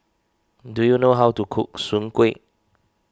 do you know how to cook Soon Kueh